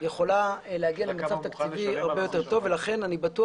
יכולה להגיע למצב תקציבי הרבה יותר טוב ולכן אני בטוח